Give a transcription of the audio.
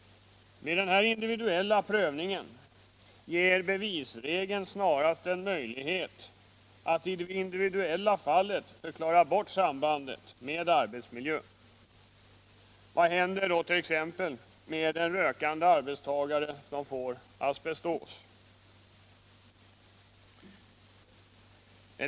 Vid denna individuella prövning ger bevisregeln snarast en möjlighet att i det individuella fallet förklara bort sambandet med arbetsmiljön. Vad händer t.ex. med en rökande asbestarbetare som får asbestos?